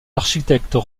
architectes